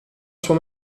sua